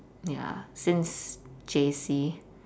ya since J_C